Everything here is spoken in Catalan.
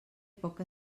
poc